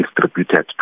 distributed